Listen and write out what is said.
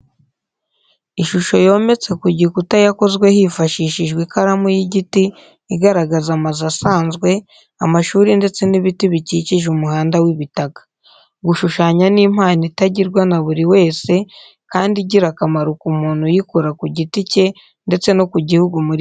Ishusho yometse ku gikuta yakozwe hifashishijwe ikaramu y'igiti igaragaza amazu asanzwe, amashuri ndetse n'ibiti bikikije umuhanda w'ibitaka. Gushushanya ni impano itagirwa na buri wese, kandi igira akamaro ku muntu uyikora ku giti cye ndetse no ku gihugu muri rusange.